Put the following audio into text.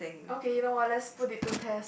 okay you know what let's put it to test